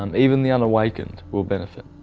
um even the unawakened will benefit,